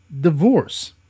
divorce